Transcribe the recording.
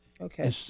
Okay